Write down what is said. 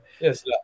Yes